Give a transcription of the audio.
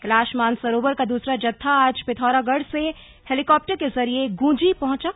कैलाश मानसरोवर का दूसरा जत्था आज पिथौरागढ़ से हेलीकॉप्टर के जरिए गूंजी पहुंचा